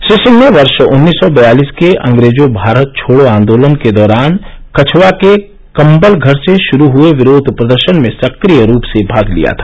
श्री सिंह ने वर्ष उन्नीस सौ बयालीस के अंग्रेजों भारत छोड़ो आंदोलन के दौरान कछवा के कम्बल घर से शुरू हुए विरोध प्रदर्शन में सक्रिय रूप से भाग लिया था